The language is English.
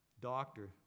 doctor